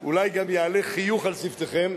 אולי גם יעלה חיוך על שפתיכם,